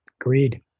agreed